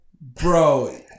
bro